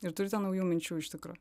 ir turite naujų minčių iš tikro